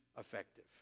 effective